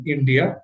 India